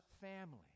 family